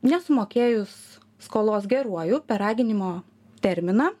nesumokėjus skolos geruoju per raginimo terminą